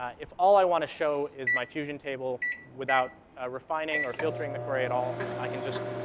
if all i want to show is my fusion table without refining or filtering the query at all, i can just